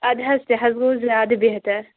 اَد حظ تہِ حظ گوٚو زِیادٕ بہتَر